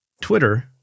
Twitter